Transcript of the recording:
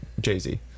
Jay-Z